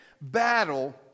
battle